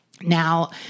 Now